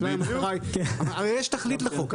יש תכלית לחוק,